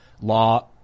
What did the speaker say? law